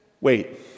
wait